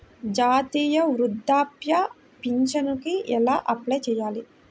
జాతీయ వృద్ధాప్య పింఛనుకి ఎలా అప్లై చేయాలి?